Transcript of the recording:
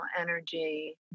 energy